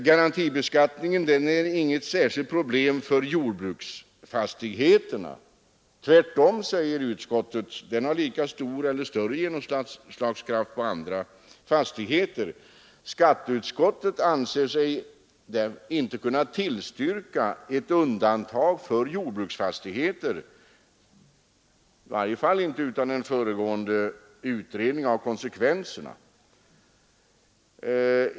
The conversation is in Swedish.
Garantibeskattningen är inget särskilt problem för jordbruksfastigheterna. Tvärtom, säger utskottet, har den lika stor eller större genomslagskraft för andra fastigheter. Skatteutskottet anser sig inte kunna tillstyrka ett undantag för jordbruksfastigheter, i varje fall inte utan en föregående utredning av konsekvenserna.